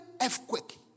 Earthquake